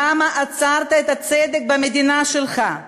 למה עצרת את הצדק במדינה שלך?